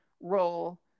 role